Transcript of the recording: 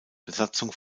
besatzung